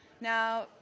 Now